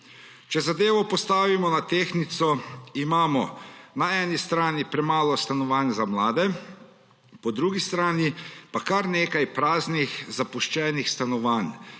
Če zadevo postavimo na tehtnico, imamo na eni strani premalo stanovanj za mlade, po drugi strani pa kar nekaj praznih, zapuščenih stanovanj,